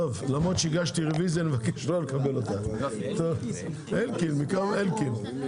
למרות שהגשתי רביזיה, אני מאמץ